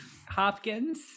Hopkins